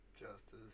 Justice